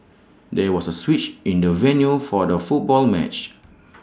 there was A switch in the venue for the football match